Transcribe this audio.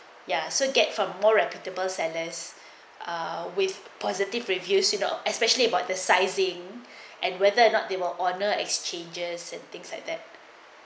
ya so get from more reputable sellers uh with positive reviews you know especially about the sizing and whether or not they will honor exchanges and things like that